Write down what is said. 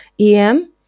EM